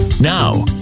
Now